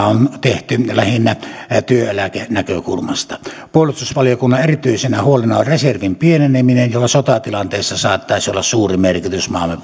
on tehty lähinnä työeläkenäkökulmasta puolustusvaliokunnan erityisenä huolena on reservin pieneneminen jolla sotatilanteessa saattaisi olla suuri merkitys maamme